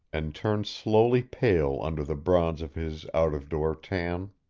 and turned slowly pale under the bronze of his out-of-door tan.